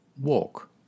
walk